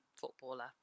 footballer